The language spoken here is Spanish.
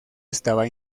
estaba